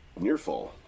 Nearfall